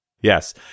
Yes